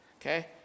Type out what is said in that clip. okay